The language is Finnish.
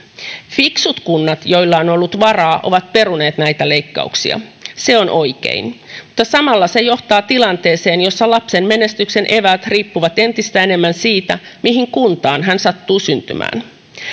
fiksut kunnat joilla on ollut varaa ovat peruneet näitä leikkauksia se on oikein mutta samalla se johtaa tilanteeseen jossa lapsen menestyksen eväät riippuvat entistä enemmän siitä mihin kuntaan hän sattuu syntymään